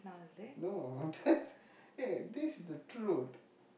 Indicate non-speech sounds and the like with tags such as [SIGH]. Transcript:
no that [LAUGHS] eh this is the truth